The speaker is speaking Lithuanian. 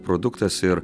produktas ir